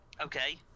Okay